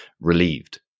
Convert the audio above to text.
relieved